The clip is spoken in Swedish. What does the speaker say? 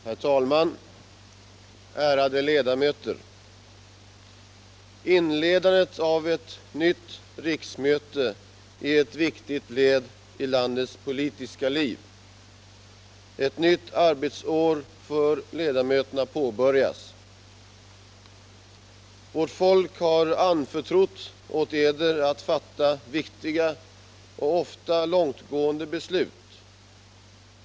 Herr talman, ärade ledamöter! Inledandet av ett nytt riksmöte är ett viktigt led i landets politiska liv. Ett nytt arbetsår för ledamöterna påbörjas. Vårt folk har anförtrott åt eder att fatta viktiga och ofta långtgående beslut.